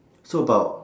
so about